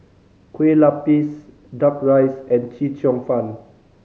kue lupis Duck Rice and Chee Cheong Fun